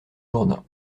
jourdain